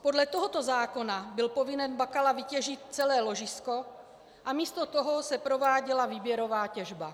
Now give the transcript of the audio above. Podle tohoto zákona byl povinen Bakala vytěžit celé ložisko, a místo toho se prováděla výběrová těžba.